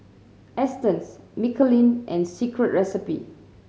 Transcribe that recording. Astons Michelin and Secret Recipe